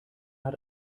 hat